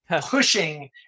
pushing